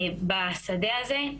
בשדה הזה,